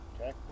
Okay